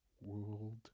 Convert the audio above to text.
World